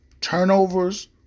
turnovers